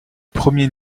premier